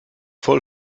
voll